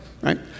right